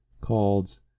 called